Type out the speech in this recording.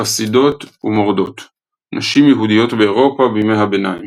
חסידות ומורדות – נשים יהודיות באירופה בימי-הביניים